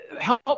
Help